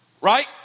Right